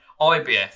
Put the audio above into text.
IBF